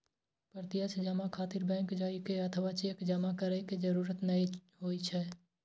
प्रत्यक्ष जमा खातिर बैंक जाइ के अथवा चेक जमा करै के जरूरत नै होइ छै